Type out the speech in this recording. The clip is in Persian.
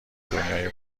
دنیای